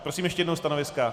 Prosím ještě jednou stanoviska.